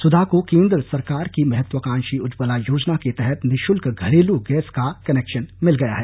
सुधा को केंद्र सरकार की महत्वकांक्षी उज्जवला योजना के तहत निःशुल्क घरेलू गैस का कनेक्शन मिल गया है